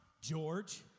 George